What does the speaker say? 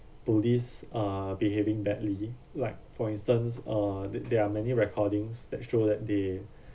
police are behaving badly like for instance uh that there are many recordings that show that they